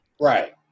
Right